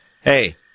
Hey